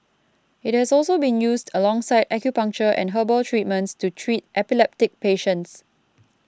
it has also been used alongside acupuncture and herbal treatments to treat epileptic patients